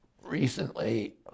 recently